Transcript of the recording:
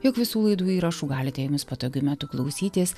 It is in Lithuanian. jog visų laidų įrašų galite jums patogiu metu klausytis